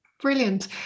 brilliant